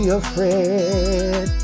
afraid